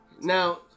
Now